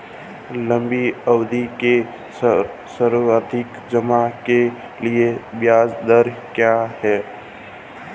लंबी अवधि के सावधि जमा के लिए ब्याज दर क्या है?